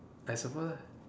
I suppose